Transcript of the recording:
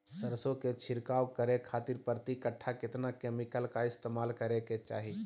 सरसों के छिड़काव करे खातिर प्रति कट्ठा कितना केमिकल का इस्तेमाल करे के चाही?